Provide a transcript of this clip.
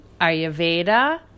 Ayurveda